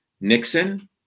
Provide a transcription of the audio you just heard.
Nixon